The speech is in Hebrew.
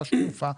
תר"ש תנופה,